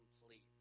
complete